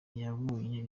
yabonye